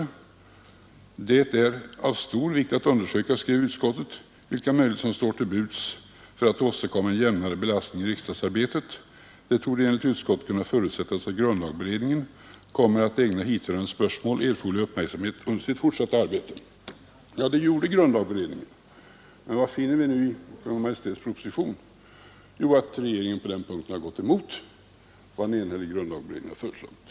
Utskottet skrev då att det är av stor vikt att understryka vilka möjligheter som står till buds för att åstadkomma en jämnare belastning i riksdagsarbetet. Det torde enligt utskottet kunna förutsättas att grundlagberedningen kommer att ägna hithörande spörsmål erforderlig uppmärksamhet under sitt fortsatta arbete. Ja, det gjorde också grundlagberedningen. Men vad finner vi nu i Kungl. Maj:ts proposition? Jo, vi finner att regeringen på den punkten har gått emot vad en enhällig grundlagberedning har föreslagit.